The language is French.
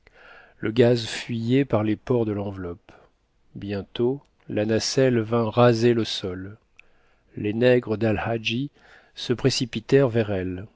le gaz fuyait par les pores de l'enveloppe bientôt la nacelle vint raser le sol les nègres dal hadji se précipitèrent vers elle